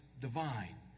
divine